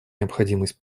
необходимость